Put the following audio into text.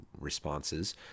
responses